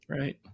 Right